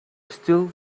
still